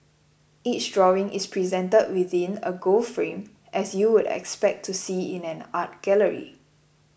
each drawing is presented within a gold frame as you would expect to see in an art gallery